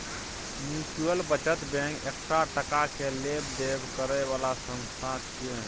mutual बचत bank एकटा टका के लेब देब करे बला संस्था छिये